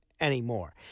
anymore